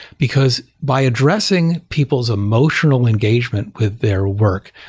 because by addressing people's emotional engagement with their work,